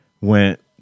went